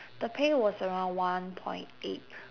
the pay was around one point eight